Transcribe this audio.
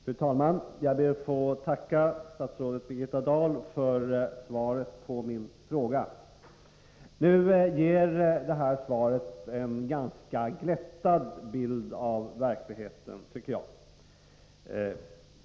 Fru talman! Jag ber att få tacka statsrådet Birgitta Dahl för svaret på min fråga. Jag tycker att svaret ger en ganska glättad bild av verkligheten.